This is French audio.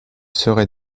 serait